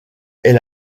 est